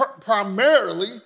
primarily